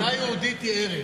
בעיני מדינה יהודית היא ערך.